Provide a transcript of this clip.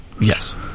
Yes